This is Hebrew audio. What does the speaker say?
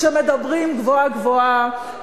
שמדברים גבוהה-גבוהה.